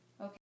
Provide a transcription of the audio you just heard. Okay